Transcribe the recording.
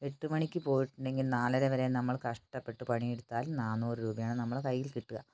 എട്ട് മണിക്ക് പോയിട്ടുണ്ടെങ്കിൽ നാലര വരെ നമ്മൾ കഷ്ടപ്പെട്ട് പണിയെടുത്താൽ നാന്നൂറ് രൂപയാണ് നമ്മുടെ കയ്യിൽ കിട്ടുക